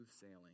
sailing